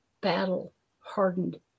battle-hardened